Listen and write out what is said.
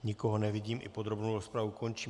Nikoho nevidím, i podrobnou rozpravu končím.